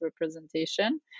representation